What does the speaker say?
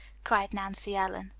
cried nancy ellen.